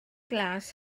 glas